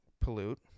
pollute